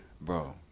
Bro